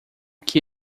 que